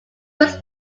was